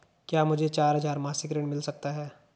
क्या मुझे चार हजार मासिक ऋण मिल सकता है?